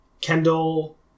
Kendall